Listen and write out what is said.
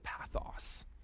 pathos